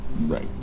Right